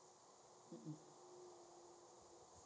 um um